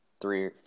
three